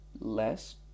Less